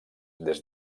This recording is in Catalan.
des